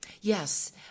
Yes